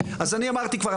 אז אני אמרתי כבר,